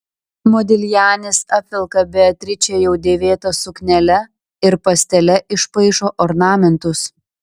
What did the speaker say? modiljanis apvelka beatričę jau dėvėta suknele ir pastele išpaišo ornamentus